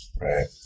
right